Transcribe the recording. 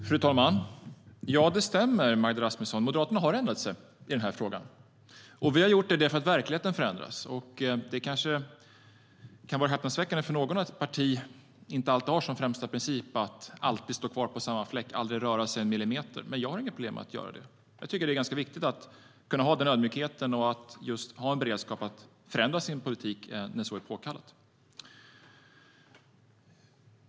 Fru talman! Ja, det stämmer, Magda Rasmusson. Moderaterna har ändrat sig i den här frågan. Vi har gjort det för att verkligheten förändras. Någon kanske tycker att det är häpnadsväckande att ett parti inte alltid har som främsta princip att stå kvar på samma fläck, att aldrig röra sig en millimeter, men jag har inga problem med det. Jag tycker att det är ganska viktigt att kunna känna den ödmjukheten och ha en beredskap för att ändra sin politik när så är påkallat.